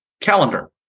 calendar